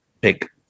pick